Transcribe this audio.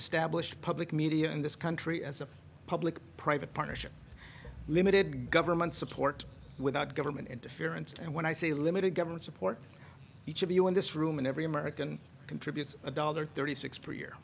established public media in this country as a public private partnership limited government support without government interference and when i say limited government support each of you in this room and every american contributes a dollar thirty six per year